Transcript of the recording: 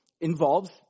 involves